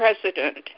president